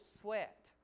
sweat